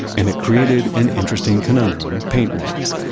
and it created an interesting conundrum paint wise.